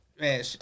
man